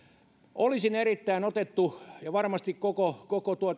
olisin erittäin otettu ja varmasti olisivat koko